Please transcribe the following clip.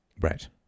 Right